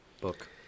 book